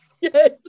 yes